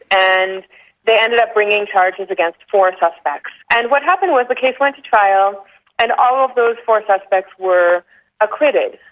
and they ended up bringing charges against four and suspects. and what happened was the case went to trial and all of those four suspects were acquitted.